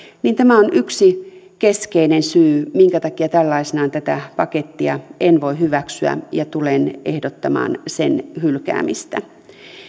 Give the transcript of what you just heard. ja tämä on yksi keskeinen syy minkä takia tällaisenaan tätä pakettia en voi hyväksyä ja tulen ehdottomaan sen hylkäämistä